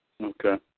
Okay